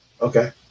okay